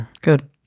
Good